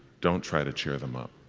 don't try to cheer them up.